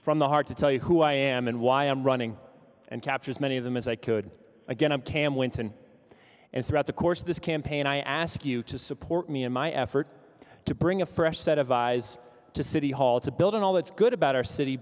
from the heart to tell you who i am and why i'm running and captures many of them as i could again i'm cam winton and throughout the course of this campaign i ask you to support me in my effort to bring a fresh set of eyes to city hall to build an all that's good about our city